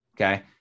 Okay